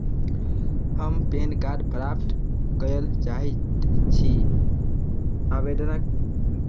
हम PAN card प्राप्त करय चाहैत छी आवेदनक